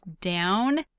down